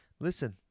Listen